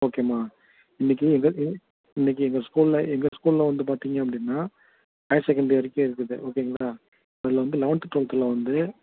ஓகேமா இன்றைக்கு எங்கள் டே இன்றைக்கு எங்கள் ஸ்கூலில் எங்கள் ஸ்கூலில் வந்து பார்த்தீங்க அப்படின்னா ஹையர் செகெண்ட்ரி வரைக்கும் இருக்குது ஓகேங்களா அதில் வந்து லெவன்த்து டுவெல்த்தில் வந்து